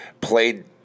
played